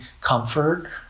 comfort